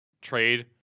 trade